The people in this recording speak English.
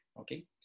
Okay